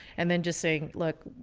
and then just saying, look,